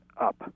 up